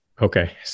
Okay